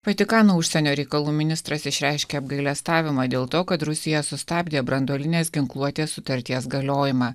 vatikano užsienio reikalų ministras išreiškė apgailestavimą dėl to kad rusija sustabdė branduolinės ginkluotės sutarties galiojimą